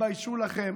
תתביישו לכם.